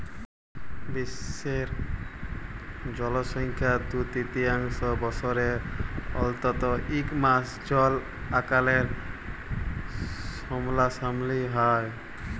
বিশ্বের জলসংখ্যার দু তিরতীয়াংশ বসরে অল্তত ইক মাস জল আকালের সামলাসামলি হ্যয়